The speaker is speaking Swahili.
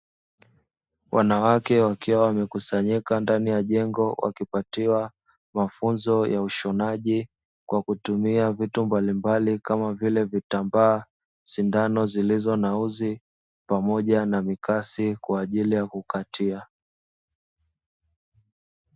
Wanawake wakiwa wamekusanyika ndani ya jengo, wakipatiwa mafunzo ya ushonaji kwa kutumia vitu mbalimbali, kama vile: vitambaa, sindano zilizo na uzi pamoja mikasi kwa ajili ya kukatia.